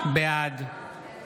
בעד